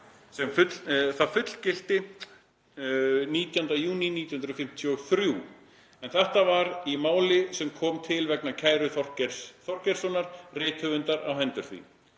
sem það fullgilti 19. júní 1953, en þetta var í máli sem kom til vegna kæru Þorgeirs Þorgeirssonar rithöfundar á hendur því.